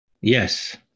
yes